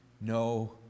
no